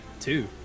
Two